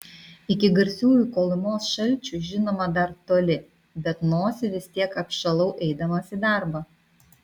iki garsiųjų kolymos šalčių žinoma dar toli bet nosį vis tiek apšalau eidamas į darbą